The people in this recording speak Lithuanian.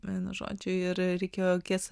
vienu žodžiu ir reikėjo